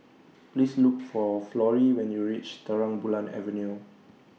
Please Look For Florrie when YOU REACH Terang Bulan Avenue